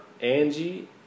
Angie